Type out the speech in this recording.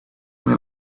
may